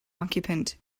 occupant